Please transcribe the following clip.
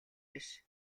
биш